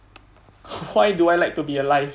why do I like to be alive